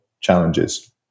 challenges